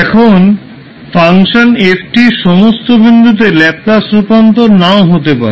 এখন function f এর সমস্ত বিন্দুতে ল্যাপলাস রূপান্তর নাও হতে পারে